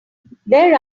there